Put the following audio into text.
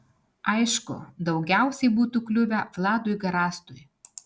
aišku daugiausiai būtų kliuvę vladui garastui